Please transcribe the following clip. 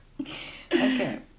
Okay